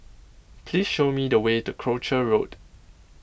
please show me the way to Croucher Road